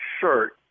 shirt